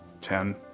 ten